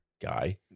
guy